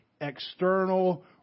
external